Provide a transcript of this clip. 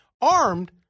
Armed